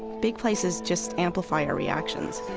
big places just amplify our reactions.